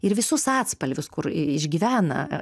ir visus atspalvius kur išgyvena